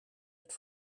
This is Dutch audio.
het